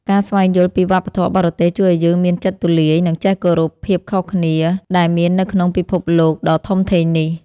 ការស្វែងយល់ពីវប្បធម៌បរទេសជួយឱ្យយើងមានចិត្តទូលាយនិងចេះគោរពភាពខុសគ្នាដែលមាននៅក្នុងពិភពលោកដ៏ធំធេងនេះ។